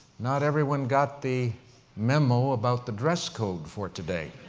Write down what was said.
not everyone got the memo about the dress code for today.